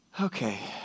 okay